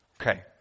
Okay